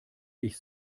ich